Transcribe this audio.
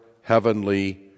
Heavenly